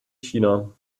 china